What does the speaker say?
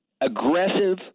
aggressive